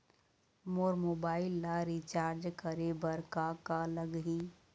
मोर mobile ला recharge करे बर का का लगही?